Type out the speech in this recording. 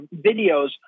videos